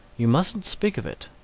you mustn't speak of it,